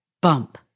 bump